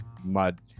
mud